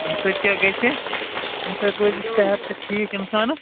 اَمہِ سۭتۍ کیٚاہ گَژھِ اَمہِ سۭتۍ روزِ صحت تہٕ ٹھیٖک اِنسانس